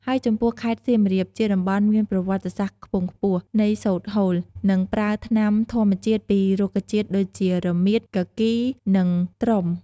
ហើយចំពោះខេត្ត សៀមរាប ជាតំបន់មានប្រវត្តិសាស្ត្រខ្ពង់ខ្ពស់នៃសូត្រហូល និងប្រើថ្នាំធម្មជាតិពីរុក្ខជាតិដូចជា រមៀត, គគីរ និង ត្រុំ។